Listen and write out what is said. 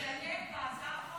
שתדייק בהצעת החוק.